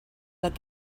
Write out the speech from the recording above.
that